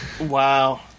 wow